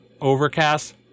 Overcast